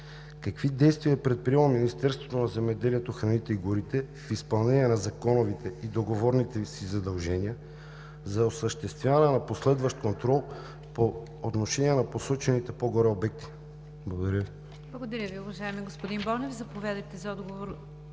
какви действия е предприело Министерството на земеделието, храните и горите в изпълнение на законовите и договорните си задължения за осъществяване на последващ контрол по отношение на посочените по-горе обекти? Благодаря Ви. ПРЕДСЕДАТЕЛ НИГЯР ДЖАФЕР: Благодаря, господин Бонев. Заповядайте за отговор,